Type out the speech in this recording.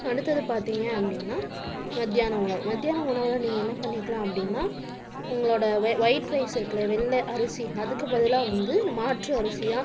அடுத்தது பார்த்தீங்க அப்படீன்னா மத்தியான உணவு மத்தியான உணவில் நீங்கள் என்ன பண்ணிக்கலாம் அப்படீன்னா உங்களோட ஒயிட் ரைஸ் இருக்கு இல்லையா வெள்ளை அரிசி அதுக்கு பதிலாக வந்து மாற்று அரிசியாக